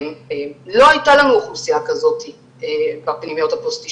לא הייתה לנו אוכלוסייה כזאת בפנימיות הפוסט אשפוזיות,